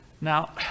Now